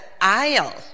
aisle